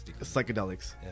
Psychedelics